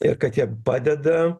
ir kad jie padeda